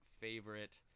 favorite